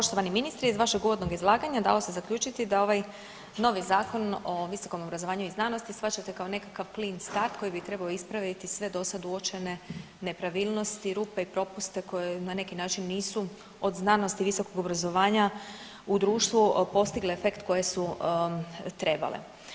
Poštovani ministre, iz vašeg uvodnog izlaganja dalo se zaključiti da ovaj novi Zakon o visokom obrazovanju i znanosti shvaćate kao nekakav klin start koji bi trebao ispraviti sve dosad uočene nepravilnosti, rupe i propuste koje na neki način nisu od znanosti i visokog obrazovanja u društvu postigle efekt koje su trebale.